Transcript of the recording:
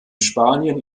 spanien